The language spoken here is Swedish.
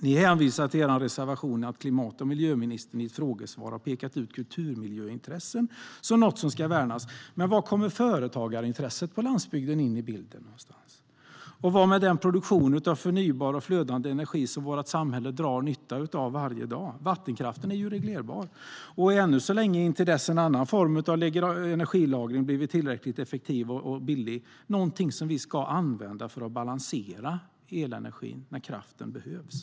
Ni hänvisar i er reservation till att klimat och miljöministern i ett frågesvar pekat ut kulturmiljöintressen som något som ska värnas, men var kommer företagarintresset på landsbygden in i bilden? Och hur är det med den produktion av förnybar och flödande energi som vårt samhälle drar nytta av varje dag? Vattenkraften är ju reglerbar och är ännu så länge, till dess en annan form av energilagring blivit tillräckligt effektiv och billig, någonting vi ska använda för att balansera elenergin när kraften behövs.